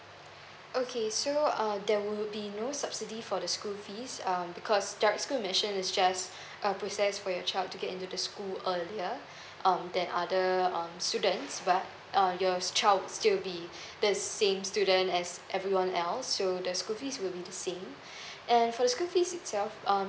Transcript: okay so um there will be no subsidy for the school fees um because that school mention is just a process for your child to get into the school earlier um that other um students but um your child still be the same student as everyone else so the school fees will be the same and for the school fees itself um